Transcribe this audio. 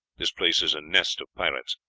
this place is a nest of pirates.